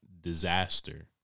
disaster